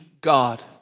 God